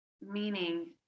meaning